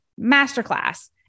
masterclass